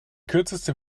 kürzeste